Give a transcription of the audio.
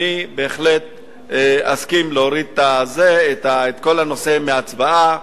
אסכים להוריד את כל הנושא מהצבעה,